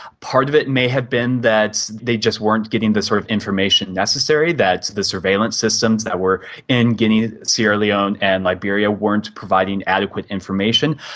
part of it may have been that they just weren't given the sort of information necessary that the surveillance systems that were in guinea, sierra leone and liberia weren't providing adequate information.